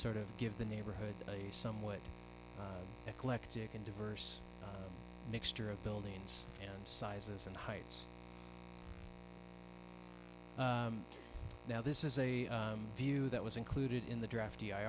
sort of give the neighborhood a somewhat eclectic and diverse mixture of buildings and sizes and heights now this is a view that was included in the draft d i